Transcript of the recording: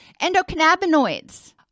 Endocannabinoids